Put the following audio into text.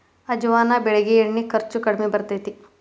ಅಜವಾನ ಬೆಳಿಗೆ ಎಣ್ಣಿ ಖರ್ಚು ಕಡ್ಮಿ ಬರ್ತೈತಿ